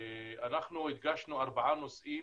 אנחנו הדגשנו ארבעה נושאים,